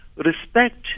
respect